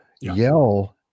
yell